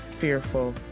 fearful